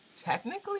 technically